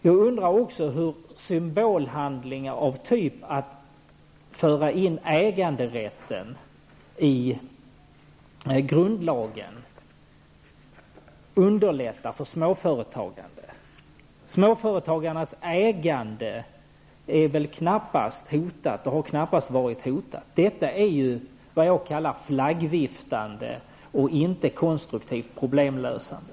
Jag undrar också hur symbolhandlingar av typ att föra in äganderätten i grundlagen underlättar för småföretagande. Småföretagarnas äganderätt har väl knappast varit hotad. Det är, vad jag kallar, flaggviftande och inte konstruktivt problemlösande.